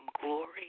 glory